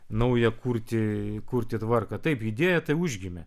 naują kurti kurti tvarką taip idėja tai užgimė